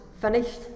finished